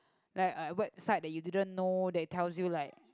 like a a website that you didn't know that tells you like